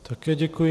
Také děkuji.